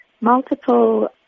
multiple